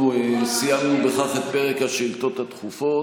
אנחנו סיימנו בכך את פרק השאילתות הדחופות.